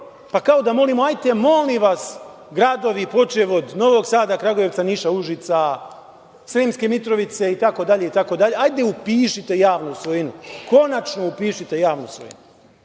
pa kao da molimo – hajte, molim vas, gradovi, počev od Novog Sada, Kragujevca, Niša, Užica, Sremske Mitrovice itd, itd, hajde upišite javnu svojinu, konačno upišite javnu svojinu.